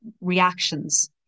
reactions